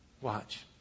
Watch